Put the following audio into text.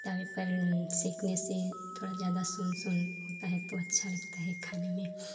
तवे पर सेंकने से थोड़ा ज़्यादा सोन्ह सोन्ह होता है तो अच्छा लगता है खाने में